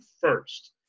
first